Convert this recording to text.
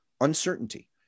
uncertainty